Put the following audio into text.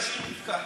תשאיר פתקה.